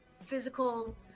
physical